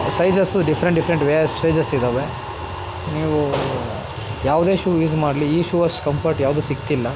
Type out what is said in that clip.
sizes different different ways sizes ಇದ್ದಾವೆ ನೀವೂ ಯಾವುದೇ ಶೂ ಯೂಸ್ ಮಾಡಲಿ ಈ ಶೂ ಅಷ್ಟು ಕಂಫರ್ಟ್ ಯಾವುದು ಸಿಗ್ತಿಲ್ಲ